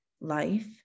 life